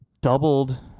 doubled